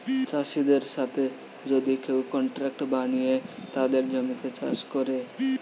চাষিদের সাথে যদি কেউ কন্ট্রাক্ট বানিয়ে তাদের জমিতে চাষ করে